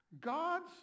God's